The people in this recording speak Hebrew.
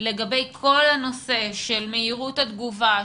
לגבי כל הנושא של מהירות התגובה,